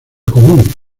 común